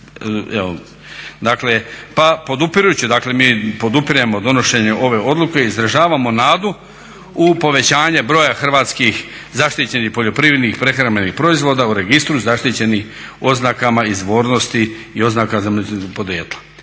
pa podupirujući dakle mi podupiremo donošenje ove odluke, izražavamo nadu u povećanje broja hrvatskih zaštićenih poljoprivrednih prehrambenih proizvoda u registru zaštićenih oznakama izvornosti i oznakama zemljopisnog podrijetla.